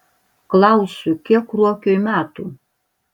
klausiu kiek ruokiui metų